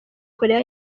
koreya